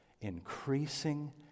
increasing